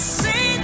see